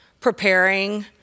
preparing